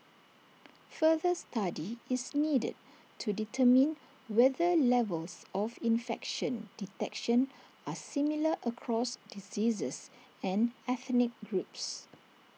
further study is needed to determine whether levels of infection detection are similar across diseases and ethnic groups